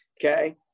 okay